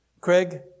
Craig